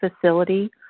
facility